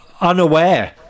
unaware